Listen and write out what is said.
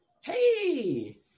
Hey